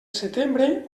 setembre